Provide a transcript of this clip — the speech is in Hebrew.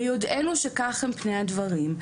ביודעינו שכך הם פני הדברים,